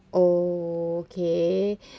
okay